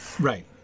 Right